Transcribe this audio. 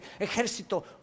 ejército